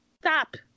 stop